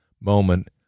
moment